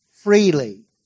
freely